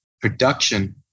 production